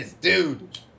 dude